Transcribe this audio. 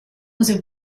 was